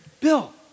Bill